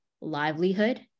livelihood